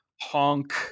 honk